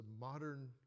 modern